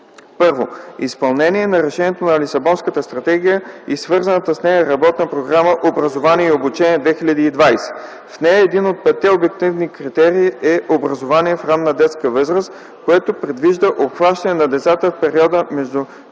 1. Изпълнение на решенията на Лисабонската стратегия и свързаната с нея работна програма „Образование и обучение 2020”. В нея един от петте обективни критерии е „Образование в ранна детска възраст”, който предвижда обхващането на децата в периода между